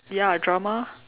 ya drama